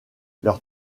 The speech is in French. leur